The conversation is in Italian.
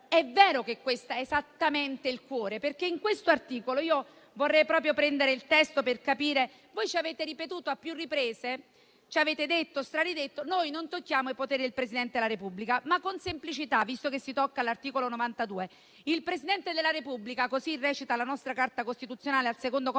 è vero che questo articolo è esattamente il cuore. Vorrei proprio prendere il testo per capire. Ci avete ripetuto a più riprese, ci avete detto e ridetto che non toccate i poteri del Presidente della Repubblica. Ma con semplicità, visto che si tocca l'articolo 92, il Presidente della Repubblica - così recita la nostra Carta costituzionale al secondo comma